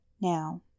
Now